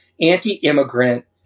anti-immigrant